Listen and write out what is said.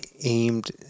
aimed